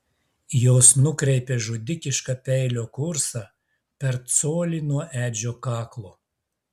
jos nukreipė žudikišką peilio kursą per colį nuo edžio kaklo